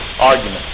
argument